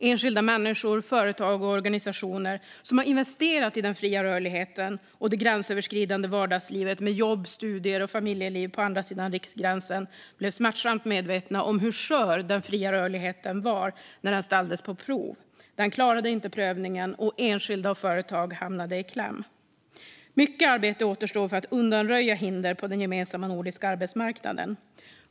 Enskilda människor, företag och organisationer som investerat i den fria rörligheten och det gränsöverskridande vardagslivet med jobb, studier och familjeliv på andra sidan riksgränsen blev smärtsamt medvetna om hur skör den fria rörligheten var när den ställdes på prov. Den klarade inte prövningen, och enskilda och företag hamnade i kläm. Mycket arbete återstår för att undanröja hinder på den gemensamma nordiska arbetsmarknaden.